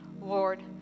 Lord